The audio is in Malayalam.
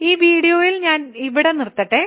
ഈ വീഡിയോ ഞാൻ ഇവിടെ നിർത്തട്ടെ